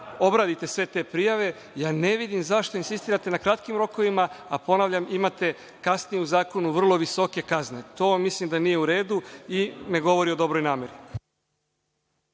obradite sve te prijave, ja ne vidim zašto insistirate na kratkim rokovima, a ponavljam, imate kasnije u zakonu vrlo visoke kazne. To mislim da nije u redu i ne govori o dobroj nameri.